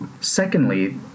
Secondly